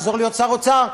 לחזור להיות שר אוצר.